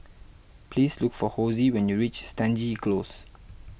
please look for Hosie when you reach Stangee Close